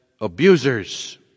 abusers